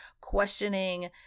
Questioning